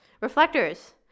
Reflectors